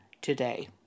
today